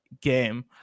game